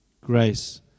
grace